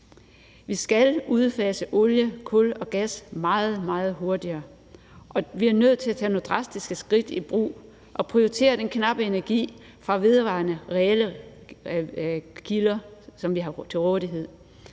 Vi skal udfase olie, kul og gas meget, meget hurtigere. Vi er nødt til at tage nogle drastiske skridt og prioritere den knappe energi fra de vedvarende, reelle kilder, som vi har til rådighed.